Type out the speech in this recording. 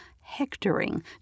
hectoring